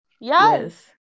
Yes